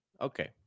Okay